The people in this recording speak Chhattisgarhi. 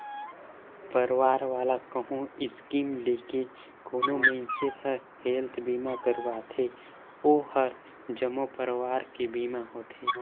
परवार वाला कहो स्कीम लेके कोनो मइनसे हर हेल्थ बीमा करवाथें ओ हर जम्मो परवार के बीमा होथे